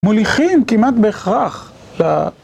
מוליכים כמעט בהכרח